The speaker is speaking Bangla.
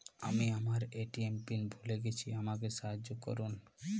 আমি আমার এ.টি.এম পিন ভুলে গেছি আমাকে সাহায্য করুন